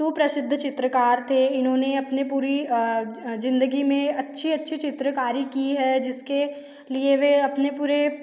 सुप्रसिद्ध चित्रकार थे इन्होंने अपने पूरी ज़िन्दगी में अच्छी अच्छी चित्रकारी की है जिसके लिए वे अपने पुरे